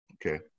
Okay